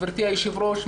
גברתי היושבת-ראש,